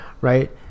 right